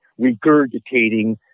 regurgitating